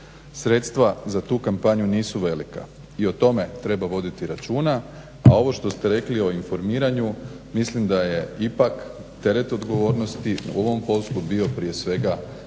Sredstva za tu kampanju nisu velika i o tome treba voditi računa. A ovo što ste rekli o informiranju mislim da je ipak teret odgovornosti u ovom poslu bio prije svega na